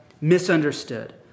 Misunderstood